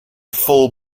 full